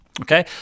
Okay